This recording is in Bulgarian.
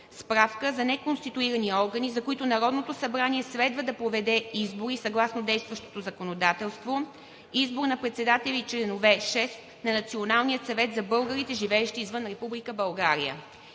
Справка за неконституирани органи, за които Народното събрание следва да проведе избори съгласно действащото законодателство: Избор на председател и членове – шест, на Националния съвет за българите, живеещи извън Република България.